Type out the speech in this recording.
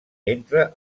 entre